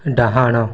ଡାହାଣ